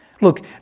Look